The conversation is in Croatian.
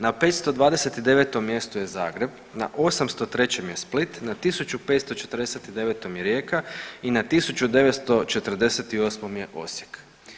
Na 529 mjestu je Zagreb, na 803 je Split, na 1549 Rijeka i na 1948 je Osijek.